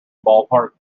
ballpark